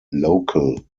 local